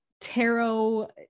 tarot